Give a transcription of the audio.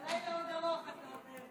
הלילה עוד ארוך, אתה אומר.